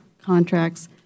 contracts